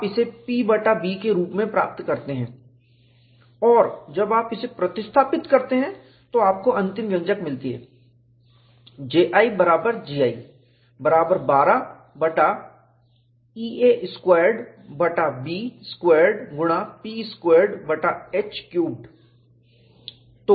आप इसे P बटा B के रूप में प्राप्त करते हैं और जब आप इसे प्रतिस्थापित करते हैं तो आपको अंतिम व्यंजक मिलती है J I बराबर G I बराबर 12 बटा E a स्क्वैरेड बटा B स्क्वैरेड गुणा P स्क्वैरेड बटा h क्यूबेड